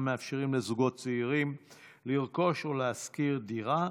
מאפשרים לזוגות צעירים לרכוש או לשכור דירה,